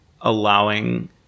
allowing